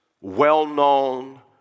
well-known